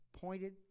pointed